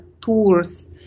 tours